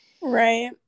Right